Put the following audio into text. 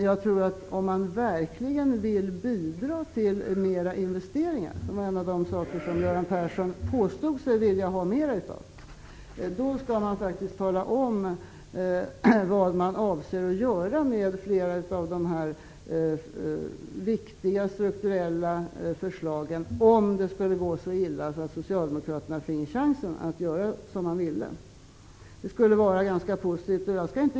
Jag tror att om man verkligen vill bidra till att det blir mer av investeringar, och det är en av de saker som Göran Persson påstod sig vilja ha mer av, skall han faktiskt tala om vad man avser att göra med flera av de här viktiga strukturella förslagen -- om det nu skulle gå så illa att Socialdemokraterna får chansen att göra som de vill. Det skulle vara ganska positivt att få ett besked.